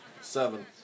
Seven